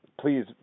please